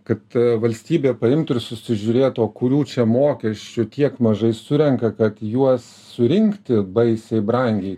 kad valstybė paimtų ir susižiūrėtų o kurių čia mokesčių tiek mažai surenka kad juos surinkti baisiai brangiai